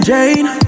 Jane